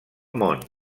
món